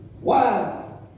Wow